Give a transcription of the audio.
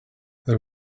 there